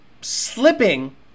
slipping